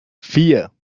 vier